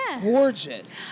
Gorgeous